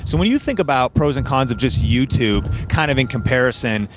so when you think about pros and cons of just youtube, kind of in comparison,